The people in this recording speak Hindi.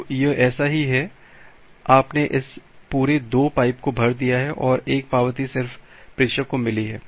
तो यह ऐसा ही है कि आपने इस पूरे दो पाइप को भर दिया है और एक पावती सिर्फ प्रेषक को मिली है